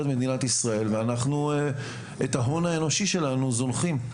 מדינת ישראל ואנחנו את ההון האנושי שלנו זונחים.